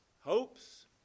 hopes